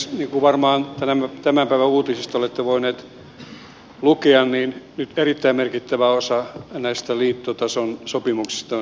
niin kuin varmaan tämän päivän uutisista olette voineet lukea nyt erittäin merkittävä osa näistä liittotason sopimuksista on saatu aikaan